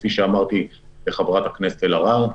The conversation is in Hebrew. כפי שאמרתי לחברת הכנסת אלהרר,